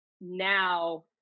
now